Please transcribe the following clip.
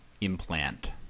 Implant